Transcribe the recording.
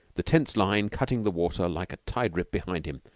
the tense line cutting the water like a tide-rip behind him,